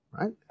Right